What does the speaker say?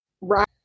Right